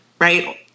right